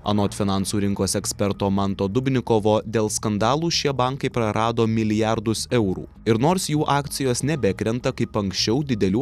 anot finansų rinkos eksperto manto dubnikovo dėl skandalų šie bankai prarado milijardus eurų ir nors jų akcijos nebekrenta kaip anksčiau didelių